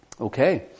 Okay